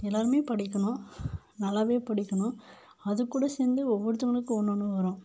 எல்லாருமே படிக்கணும் நல்லாவே படிக்கணும் அதுக்கூட சேர்ந்து ஒவ்வொருத்தவங்களுக்கும் ஒன்னொன்று வரும்